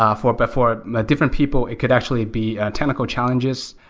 ah for but for different people, it could actually be technical challenges.